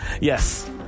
Yes